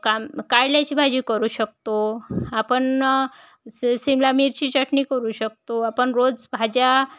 काम कारल्याची भाजी करू शकतो आपण स शिमला मिरची चटणी करू शकतो आपण रोज भाज्या